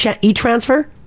e-transfer